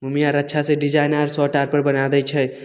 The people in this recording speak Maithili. मम्मी आर अच्छासँ डिजाइन आर शर्ट आरपर बना दै छै